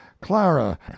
Clara